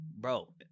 bro